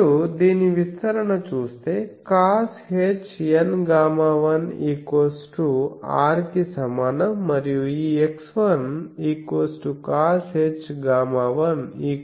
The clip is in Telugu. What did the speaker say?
మీరు దీని విస్తరణ చూస్తే coshNɣ1 R కి సమానం మరియు ఈ x1 coshɣ1